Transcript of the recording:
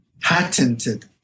patented